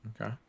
Okay